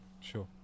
sure